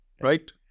right